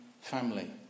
family